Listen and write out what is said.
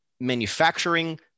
manufacturing